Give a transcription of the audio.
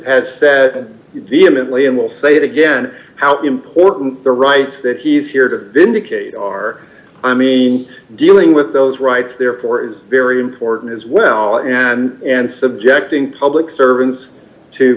has has vehemently and will say it again how important the rights that he's here to vindicate are i mean dealing with those rights therefore is very important as well and and subjecting public servants to